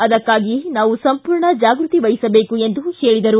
ಅದಕ್ಕಾಗಿಯೇ ನಾವು ಸಂಪೂರ್ಣ ಜಾಗೃತೆವಹಿಸಬೇಕು ಎಂದು ಹೇಳಿದರು